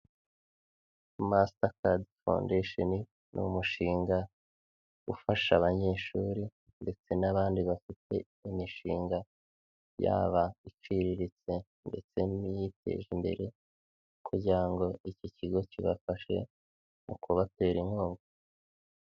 Mastercard foundation, ni umushinga ufasha abanyeshuri ndetse n'abandi bafite imishinga, yaba iciriritse ndetse n'iyiteje imbere kugira ngo iki kigo kibafashe mu kubatera inkunga.